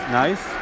nice